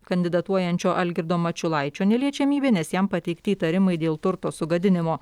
kandidatuojančio algirdo mačiulaičio neliečiamybė nes jam pateikti įtarimai dėl turto sugadinimo